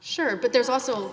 sure but there's also